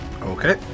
Okay